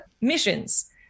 missions